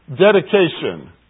Dedication